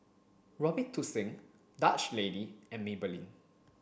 Robitussin Dutch Lady and Maybelline